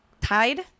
Tide